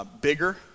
Bigger